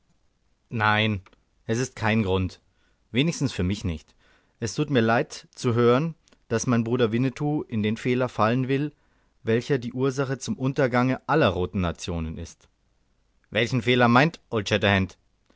nein es ist kein grund wenigstens für mich nicht es tut mir leid zu hören daß mein bruder winnetou in den fehler fallen will welcher die ursache zum untergange aller roten nationen ist welchen fehler meint old shatterhand